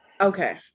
Okay